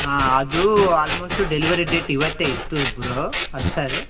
ಹಾಂ ಅದು almost delivery date ಇವತ್ತೆ ಇತ್ತು ಬ್ರೋ ಅಲ್ಲ ಸರ್